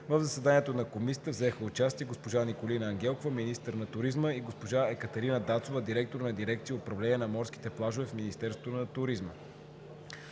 В заседанието на Комисията взеха участие госпожа Николина Ангелкова – министър на туризма, и госпожа Екатерина Дацова – директор на дирекция „Управление на морските плажове“ в Министерството на туризма.